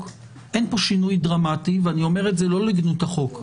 אין פה שינוי דרמטי ואני אומר את זה לא לגנות החוק.